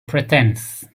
pretence